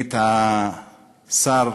סגנית השר,